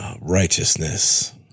righteousness